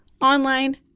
online